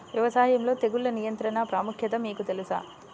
వ్యవసాయంలో తెగుళ్ల నియంత్రణ ప్రాముఖ్యత మీకు తెలుసా?